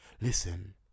listen